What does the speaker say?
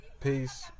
peace